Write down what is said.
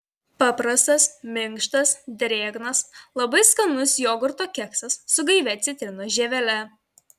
paprastas minkštas drėgnas labai skanus jogurto keksas su gaivia citrinos žievele